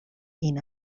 این